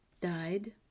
Died